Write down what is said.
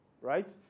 right